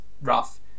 rough